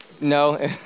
No